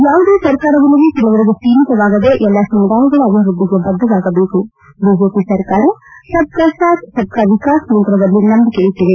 ಯಾವುದೇ ಸರ್ಕಾರವಿರಲಿ ಕೆಲವರಿಗೆ ಸೀಮಿತವಾಗದೆ ಎಲ್ಲ ಸಮುದಾಯಗಳ ಅಭಿವೃದ್ದಿಗೆ ಬದ್ದವಾಗಬೇಕು ಬಿಜೆಪಿ ಸರ್ಕಾರ ಸಬ್ ಕಾ ಸಬ್ ಕಾ ವಿಕಾಸ ಮಂತ್ರದಲ್ಲಿ ನಂಬಿಕೆ ಇಟ್ಟದೆ